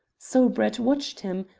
so brett watched him,